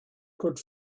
could